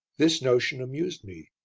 this notion amused me,